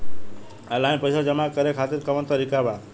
Online पइसा जमा करे खातिर कवन तरीका बा?